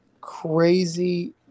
crazy